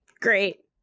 Great